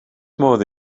modd